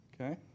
okay